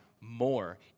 more